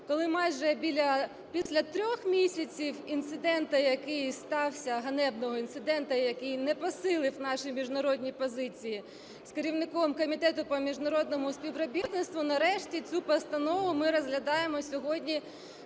який стався, ганебного інциденту, який не посилив наші міжнародні позиції, з керівником Комітету по міжнародному співробітництву, нарешті цю постанову ми розглядаємо сьогодні